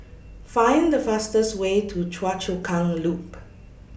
Find The fastest Way to Choa Chu Kang Loop